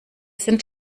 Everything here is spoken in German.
sind